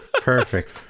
Perfect